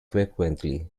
frequently